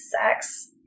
sex